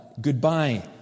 Goodbye